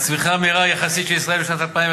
הצמיחה המהירה יחסית של ישראל בשנת 2011